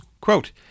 Quote